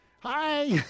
Hi